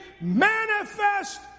manifest